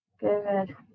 Good